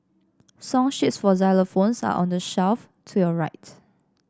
song sheets for xylophones are on the shelf to your right